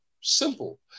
Simple